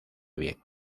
bien